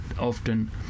often